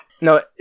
No